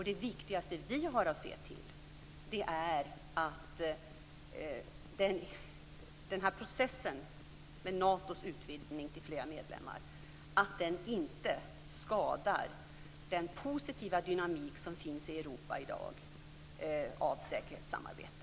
Det viktigaste vi har att se till är att processen med Natos utvidgning till fler medlemmar inte skadar den positiva dynamik som i dag finns i Europa när det gäller säkerhetssamarbete.